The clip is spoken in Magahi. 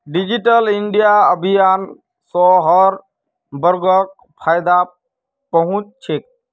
डिजिटल इंडिया अभियान स हर वर्गक फायदा पहुं च छेक